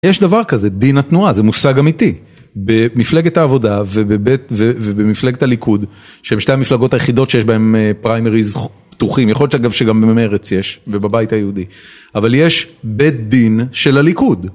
יש דבר כזה, דין התנועה, זה מושג אמיתי, במפלגת העבודה ובמפלגת הליכוד שהם שתי המפלגות היחידות שיש בהם פריימריז פתוחים, יכול להיות אגב שגם במרצ יש ובבית היהודי, אבל יש בית דין של הליכוד